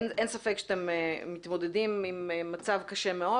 אין ספק שאתם מתמודדים עם מצב קשה מאוד